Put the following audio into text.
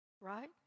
Right